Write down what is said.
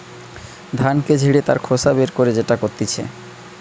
ধানকে ঝেড়ে তার খোসা বের করে যেটা করতিছে